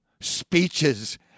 speeches